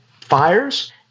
fires